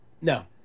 No